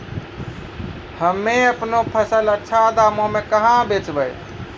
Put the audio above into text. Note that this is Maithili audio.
हम्मे आपनौ फसल अच्छा दामों मे कहाँ बेचबै?